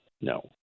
no